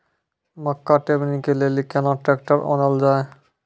मक्का टेबनी के लेली केना ट्रैक्टर ओनल जाय?